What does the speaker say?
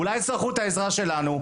אולי יצטרכו את העזרה שלנו?